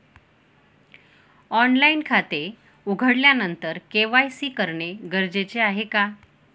Online खाते उघडल्यानंतर KYC करणे गरजेचे आहे का?